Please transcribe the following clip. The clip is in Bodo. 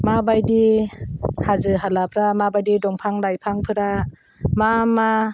माबायदि हाजो हालाफ्रा माबायदि दंफां लाइफांफोरा मा मा